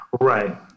Right